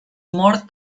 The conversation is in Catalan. mort